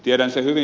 tiedän sen hyvin